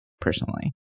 personally